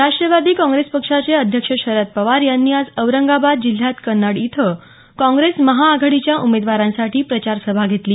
राष्टवादी Congress पक्षाचे अध्यक्ष शरद पवार यांनी आज औरंगाबाद जिल्ह्यात कन्नड इथं काँग्रेस महाआघाडीच्या उमेदवारांसाठी प्रचार सभा घेतली